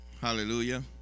Hallelujah